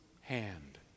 hand